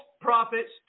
prophets